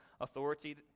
authority